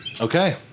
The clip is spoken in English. Okay